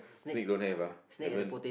snake don't have ah haven't